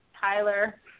Tyler